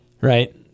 Right